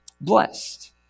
blessed